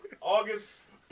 August